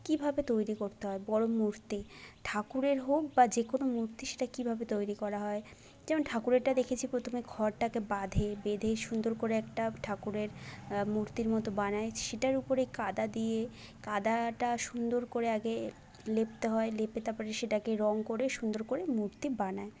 কীভাবে তৈরি করতে হয় বড়ো মূর্তি ঠাকুরের হোক বা যে কোন মূর্তি সেটা কীভাবে তৈরি করা হয় যেমন ঠাকুরেরটা দেখেছি প্রথমে খড়টাকে বাঁধে বেঁধে সুন্দর করে একটা ঠাকুরের মূর্তির মতো বানায় সেটার উপরে কাদা দিয়ে কাদাটা সুন্দর করে আগে লেপতে হয় লেপে তারপরে সেটাকে রং করে সুন্দর করে মূর্তি বানায়